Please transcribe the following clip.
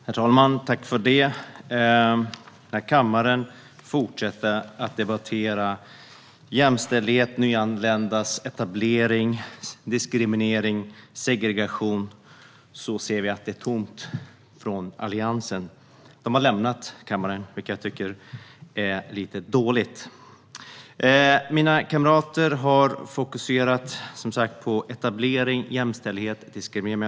Herr talman! När kammaren fortsätter att debattera jämställdhet, nyanländas etablering, diskriminering och segregation ser vi att det är tomt från Alliansen. De har lämnat kammaren, vilket jag tycker är lite dåligt. Mina kamrater har som sagt fokuserat på etablering, jämställdhet och diskriminering.